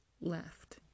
left